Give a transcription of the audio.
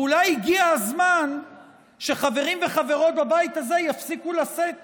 ואולי הגיע הזמן שחברים וחברות בבית הזה יפסיקו לשאת